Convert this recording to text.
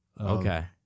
Okay